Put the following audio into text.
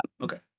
Okay